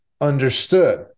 understood